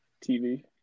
TV